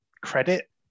credit